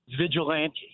vigilante